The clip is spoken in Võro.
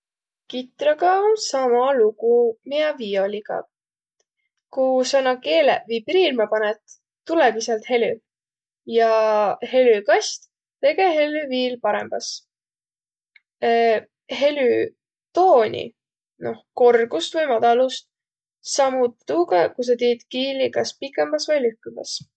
Kitraga om sama lugu miä viioligaq. Ku sa naaq keeleq vibriirmä panõt, tulõgi säält helü. Jaa helükast tege hellü viil parõmbas. helü tooni, noh korgust vai madalust sa muudat tuuga, ku sa tiit kiili kas pikembäs vai lühkümbäs.